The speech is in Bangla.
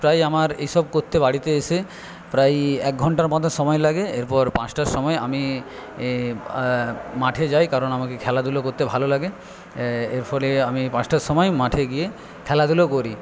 প্রায় আমার এইসব করতে বাড়িতে এসে প্রায় এক ঘন্টার মত সময় লাগে এরপর পাঁচটার সময় আমি মাঠে যাই কারণ আমাকে খেলা ধুলো কোততে ভালো লাগে এর ফলে আমি পাঁচটার সময় মাঠে গিয়ে খেলা ধুলো করি